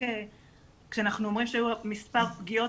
כשאנחנו אומרים שהיו מספר פגיעות,